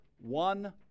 one